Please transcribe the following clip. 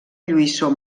lluïssor